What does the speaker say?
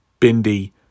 Bindi